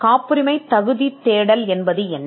காப்புரிமை தேடல் என்றால் என்ன